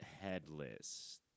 headless